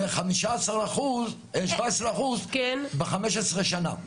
ו-17% ב-15 שנה.